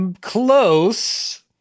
Close